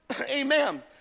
Amen